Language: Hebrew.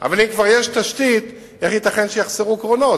אבל אם כבר יש תשתית, איך ייתכן שיחסרו קרונות?